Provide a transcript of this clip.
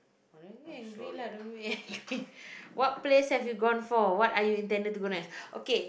oh don't be angry lah don't be angry what place have you gone for what are you intending to go next okay